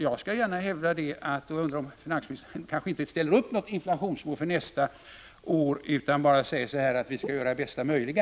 Jag undrar om finansministern kanske inte ställer upp något inflationsmål för nästa år utan bara säger: Vi skall göra bästa möjliga.